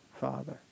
Father